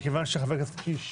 מכיוון שחברי הכנסת קיש